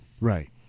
Right